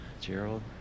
Gerald